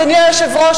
אדוני היושב-ראש,